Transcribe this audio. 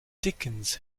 dickens